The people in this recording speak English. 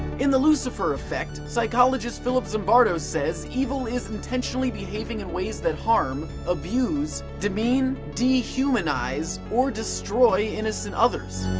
in the lucifer effect, psychologist philip zimbardo says evil is intentionally behaving in ways that harm, abuse, demean, dehumanize, or destroy innocent others.